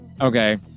okay